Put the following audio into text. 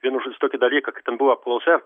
vienu žodž tokį dalyką kad ten buvo apklausa